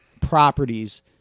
properties